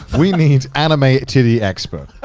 we need anime-titty expert.